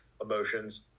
emotions